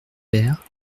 père